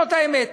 זאת האמת.